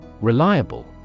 Reliable